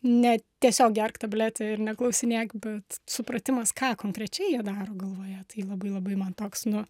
ne tiesiog gerk tabletę ir neklausinėk bet supratimas ką konkrečiai jie daro galvoje tai labai labai man toks nu